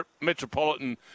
Metropolitan